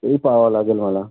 ते पहावं लागेल मला